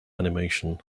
animation